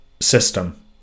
system